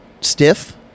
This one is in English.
stiff